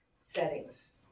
settings